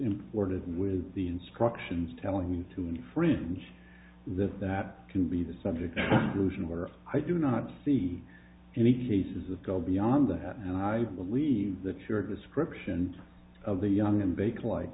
imported with the instructions telling you to infringe that that can be the subject rouge in order i do not see any cases of go beyond that and i believe that your description of the young and bake like